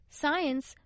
science